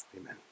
Amen